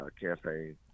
campaign